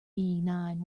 nine